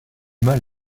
mal